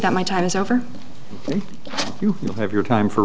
that my time is over and you have your time for